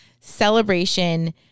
celebration